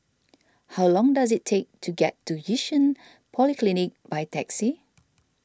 how long does it take to get to Yishun Polyclinic by taxi